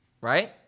right